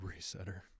resetter